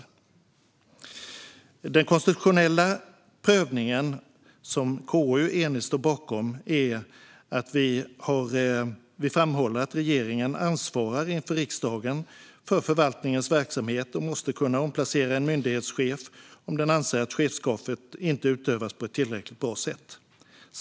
I den konstitutionella prövningen, som ett enigt KU står bakom, framhåller vi att "regeringen ansvarar inför riksdagen för förvaltningens verksamhet och måste kunna omplacera en myndighetschef om den anser att chefskapet inte utövas på ett tillräckligt bra sätt.